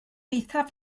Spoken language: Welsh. eithaf